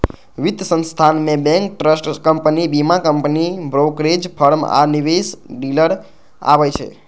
वित्त संस्थान मे बैंक, ट्रस्ट कंपनी, बीमा कंपनी, ब्रोकरेज फर्म आ निवेश डीलर आबै छै